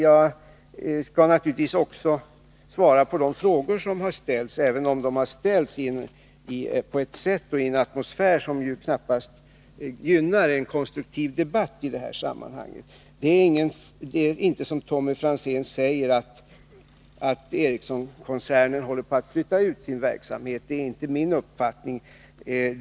Jag skall naturligtvis också svara på de frågor som har ställts, även om de har ställts på ett sätt och i en atmosfär som knappast gynnar en konstruktiv debatt i det här sammanhanget. Det är inte, som Tommy Franzén säger, på det sättet att LM Ericsson-koncernen håller på att flytta ut sin verksamhet. Det är inte min uppfattning.